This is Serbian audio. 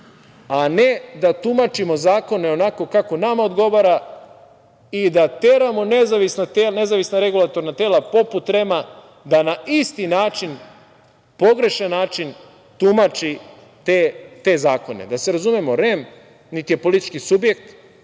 a ne da tumačimo zakone onako kako nama odgovara i da teramo nezavisna regulatorna tela poput REM-a, da na isti način, pogrešan način, tumači te zakone. Da se razumemo, REM niti je politički subjekt,